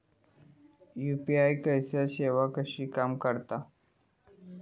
UPI सेवा कशी काम करता?